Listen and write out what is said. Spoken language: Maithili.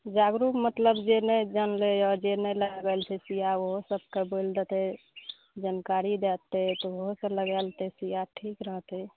जागरुक मतलब जे नहि जानलै यऽ जे नहि लगा रहल छै सुइया ओहो सबके बोलि देतै जनकारी दए देतै तऽ ओहो सब लगाए लेतै सुइया ठीक रहतै